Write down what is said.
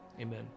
amen